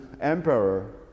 emperor